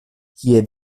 kie